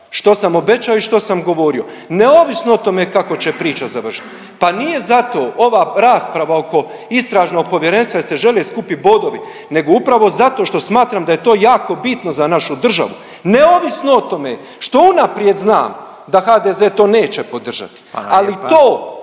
što sam obećao i što sam govorio neovisno o tome kako će priča završiti. Pa nije zato ova rasprava oko istražnog povjerenstva jer se žele skupiti bodovi, nego upravo zato što smatram da je to jako bitno za našu državu neovisno o tome što unaprijed znam da HDZ to neće podržati.